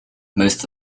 most